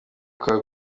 kwawe